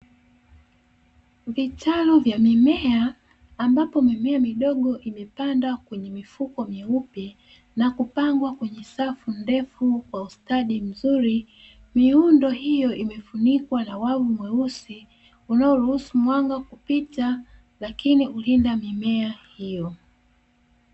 Vitalu vya mimea ambapo mimea midogo imepandwa kwenye mifuko myeupe, na kupangwa kwenye safu ndefu kwa ustadi mzuri, miundo hiyo imefunikwa na wavu mweusi unaoruhusu mwanga kupita, lakini hulinda mimea hiyo.